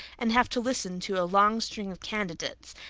and have to listen to a long string of candidates.